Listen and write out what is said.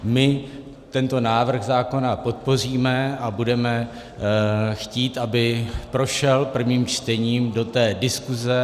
My tento návrh zákona podpoříme a budeme chtít, aby prošel prvním čtením do diskuse.